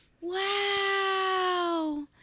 Wow